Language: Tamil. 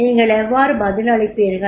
நீங்கள் எவ்வாறு பதிலளிப்பீர்கள்